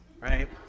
right